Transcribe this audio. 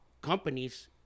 companies